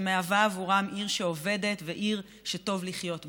שמהווה עבורם עיר שעובדת ועיר שטוב לחיות בה.